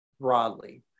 broadly